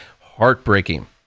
heartbreaking